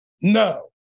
No